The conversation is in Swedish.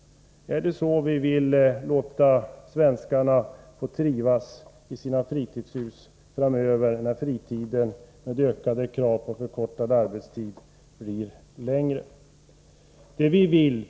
Är det så vi vill låta svenskarna trivas i sina fritidshus framöver, då fritiden, med de ökade kraven på förkortad arbetstid, blir längre?